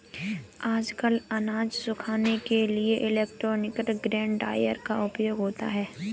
आजकल अनाज सुखाने के लिए इलेक्ट्रॉनिक ग्रेन ड्रॉयर का उपयोग होता है